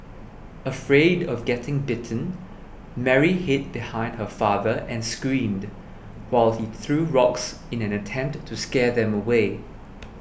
afraid of getting bitten Mary hid behind her father and screamed while he threw rocks in an attempt to scare them away